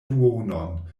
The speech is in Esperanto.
duonon